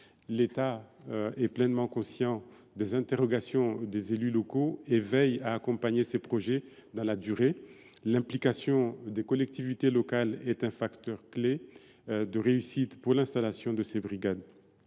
L’État, pleinement conscient des interrogations des élus locaux, veille à accompagner ces projets dans la durée. L’implication des collectivités locales est un facteur clé de réussite pour l’installation de ces brigades.